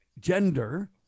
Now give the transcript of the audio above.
gender